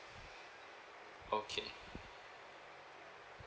okay